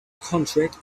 contract